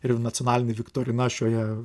ir nacionalinė viktorina aš jau ją